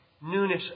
newness